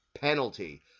penalty